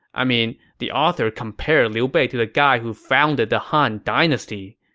i mean, the author compared liu bei to the guy who founded the han dynasty.